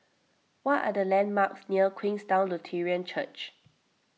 what are the landmarks near Queenstown Lutheran Church